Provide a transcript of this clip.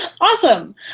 Awesome